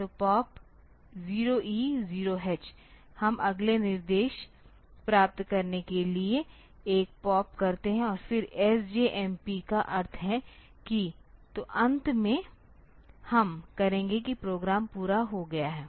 तो POP 0E0 H हम अगले निर्देश प्राप्त करने के लिए एक POP करते हैं और फिर SJMP का अर्थ है कि तो अंत में हम करेंगे कि प्रोग्राम पूरा हो गया है